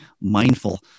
mindful